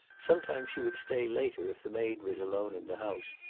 sometimes she would stay later if the maid was alone in the house,